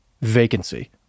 vacancy